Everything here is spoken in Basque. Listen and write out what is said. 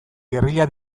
gerrilla